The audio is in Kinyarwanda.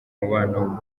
mubano